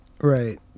right